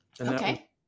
Okay